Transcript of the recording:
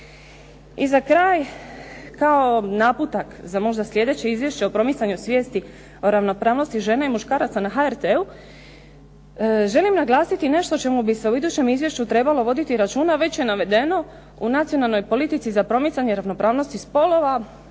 I za kraj kao naputak za možda sljedeće izvješće o promicanju svijesti o ravnopravnosti žena i muškaraca na HRT-u želim naglasiti nešto o čemu bi se u idućem izvješću trebalo voditi računa već je navedeno o nacionalnoj politici za promicanje ravnopravnosti spolova.